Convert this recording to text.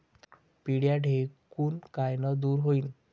पिढ्या ढेकूण कायनं दूर होईन?